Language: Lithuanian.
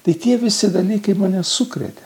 tai tie visi dalykai mane sukrėtė